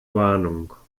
warnung